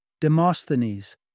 Demosthenes